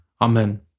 Amen